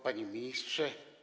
Panie Ministrze!